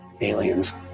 aliens